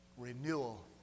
Renewal